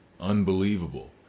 Unbelievable